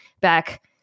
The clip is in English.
back